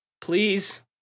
please